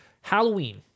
Halloween